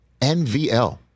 NVL